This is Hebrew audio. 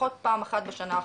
לפחות פעם אחת בשנה האחרונה,